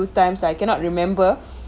few times I cannot remember